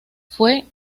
fue